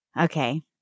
Okay